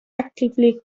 actively